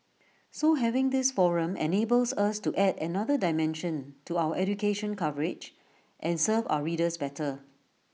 so having this forum enables us to add another dimension to our education coverage and serve our readers better